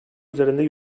üzerinde